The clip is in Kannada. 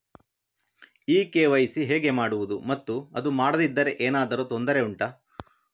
ಈ ಕೆ.ವೈ.ಸಿ ಹೇಗೆ ಮಾಡುವುದು ಮತ್ತು ಅದು ಮಾಡದಿದ್ದರೆ ಏನಾದರೂ ತೊಂದರೆ ಉಂಟಾ